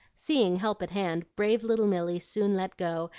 seeing help at hand, brave little milly soon let go,